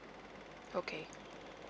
okay